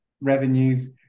revenues